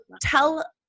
tell